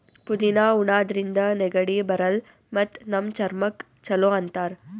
ಪುದಿನಾ ಉಣಾದ್ರಿನ್ದ ನೆಗಡಿ ಬರಲ್ಲ್ ಮತ್ತ್ ನಮ್ ಚರ್ಮಕ್ಕ್ ಛಲೋ ಅಂತಾರ್